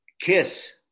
Kiss